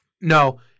No